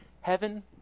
heaven